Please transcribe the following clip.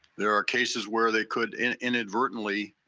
there are cases where they could inadvertently,